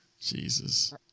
Jesus